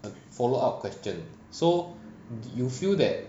follow up question so d~ you feel that